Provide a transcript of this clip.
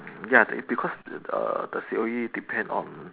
ya because the C_O_E depend on